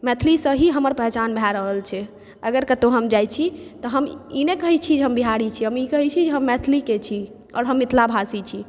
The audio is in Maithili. मैथिलीसँ ही हमर पहिचान भए रहल छै अगर कतौ हम जाइ छी तऽ हम ई नहि कहै छी जे हम बिहारी छी हम ई कहै छी कि हम मैथिलीके छी